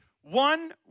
one